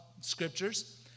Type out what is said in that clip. scriptures